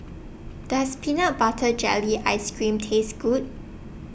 Does Peanut Butter Jelly Ice Cream Taste Good